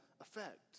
effect